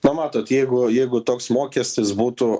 na matot jeigu jeigu toks mokestis būtų